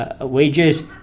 Wages